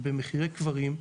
במחירי קברים,